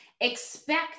Expect